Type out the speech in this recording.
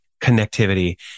connectivity